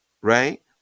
right